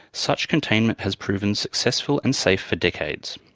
such containment has proven successful and safe for decades.